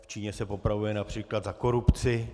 V Číně se popravuje například za korupci.